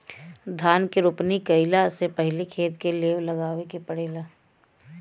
धान के रोपनी कइला से पहिले खेत के लेव लगावे के पड़ेला